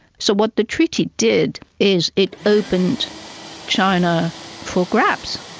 so what the treaty did is it opened china for grabs.